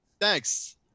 thanks